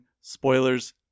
spoilers